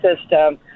system